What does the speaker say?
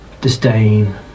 disdain